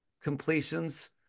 completions